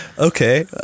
Okay